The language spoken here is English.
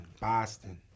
Boston